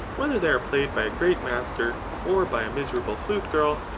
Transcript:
whether they are played by a great master or by a miserable flute-girl,